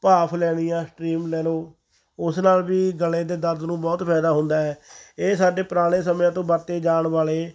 ਭਾਫ ਲੈਣੀ ਆ ਸਟਰੀਮ ਲੈ ਲਓ ਉਸ ਨਾਲ ਵੀ ਗਲੇ ਦੇ ਦਰਦ ਨੂੰ ਬਹੁਤ ਫਾਇਦਾ ਹੁੰਦਾ ਹੈ ਇਹ ਸਾਡੇ ਪੁਰਾਣੇ ਸਮਿਆਂ ਤੋਂ ਵਰਤੇ ਜਾਣ ਵਾਲੇ